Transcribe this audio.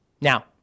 Now